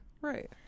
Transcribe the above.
Right